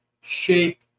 shape